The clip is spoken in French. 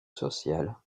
sociale